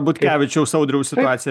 butkevičiaus audriaus situacija